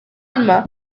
lima